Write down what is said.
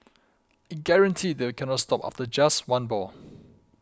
I guarantee that you cannot stop after just one ball